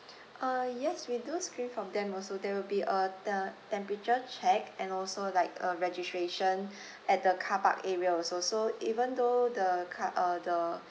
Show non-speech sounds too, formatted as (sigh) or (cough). uh yes we do screen from them also there will be a te~ temperature check and also like a registration (breath) at the car park area also so even though the car uh the